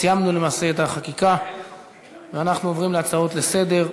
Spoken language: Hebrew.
סיימנו למעשה את החקיקה ואנחנו עוברים להצעות לסדר-היום.